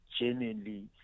genuinely